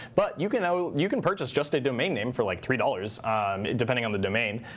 but you can you can purchase just a domain name for like three dollars depending on the domain.